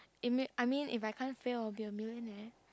you mean I mean if I can't fail I will be a billionaire